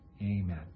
Amen